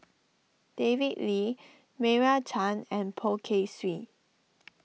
David Lee Meira Chand and Poh Kay Swee